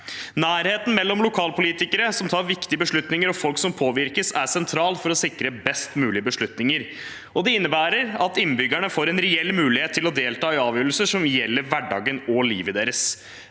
Nærheten mellom lokalpolitikere som tar viktige beslutninger, og folk som påvirkes, er sentral for å sikre best mulige beslutninger. Det innebærer at innbyggerne får en reell mulighet til å delta i avgjørelser som gjelder hverdagen og livet deres.